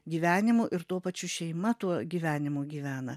gyvenimu ir tuo pačiu šeima tuo gyvenimu gyvena